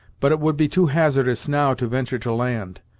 but it would be too hazardous now to venture to land,